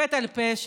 חטא על פשע.